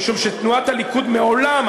משום שתנועת הליכוד מעולם,